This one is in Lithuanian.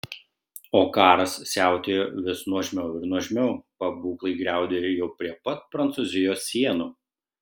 o karas siautėjo vis nuožmiau ir nuožmiau pabūklai griaudėjo jau prie pat prancūzijos sienų